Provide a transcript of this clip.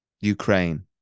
ukraine